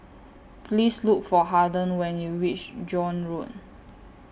Please Look For Harden when YOU REACH Joan Road